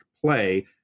play